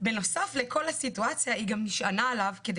בנוסף לכל הסיטואציה היא גם נשענה עליו כדי